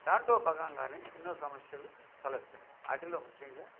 దాంటో భాగంగా ఎన్నో సమస్యలు తలెత్తాయి వాటిలో ముఖ్యంగా